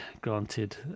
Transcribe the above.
granted